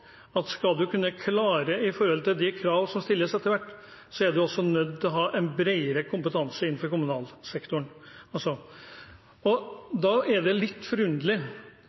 at skal man kunne klare å møte de krav som stilles etter hvert, er man også nødt til å ha en bredere kompetanse innenfor kommunal sektor. Representanten Andersen har jo litt